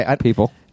people